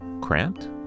cramped